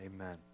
Amen